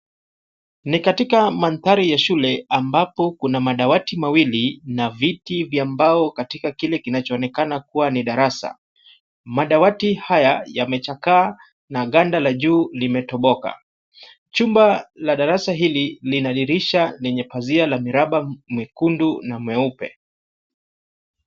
Ni katika mandhari ya shule ambapo kuna madawati mawili na viti vya ambao katika kile kinachoonekana kuwa ni darasa. Madawati haya yamechakaa na ganda la juu limetoboka. Chumba la darasa hili lina dirisha lenye pazia ya miraba mekundu na nyeupe .